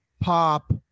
pop